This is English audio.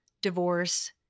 divorce